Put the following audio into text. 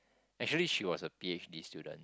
actually she was a p_h_d student